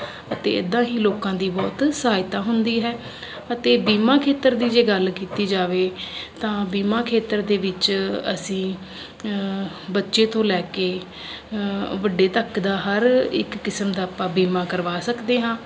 ਅਤੇ ਇੱਦਾਂ ਹੀ ਲੋਕਾਂ ਦੀ ਬਹੁਤ ਸਹਾਇਤਾ ਹੁੰਦੀ ਹੈ ਅਤੇ ਬੀਮਾ ਖੇਤਰ ਦੀ ਜੇ ਗੱਲ ਕੀਤੀ ਜਾਵੇ ਤਾਂ ਬੀਮਾ ਖੇਤਰ ਦੇ ਵਿੱਚ ਅਸੀਂ ਬੱਚੇ ਤੋਂ ਲੈ ਕੇ ਵੱਡੇ ਤੱਕ ਦਾ ਹਰ ਇੱਕ ਕਿਸਮ ਦਾ ਆਪਾਂ ਬੀਮਾ ਕਰਵਾ ਸਕਦੇ ਹਾਂ